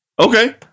okay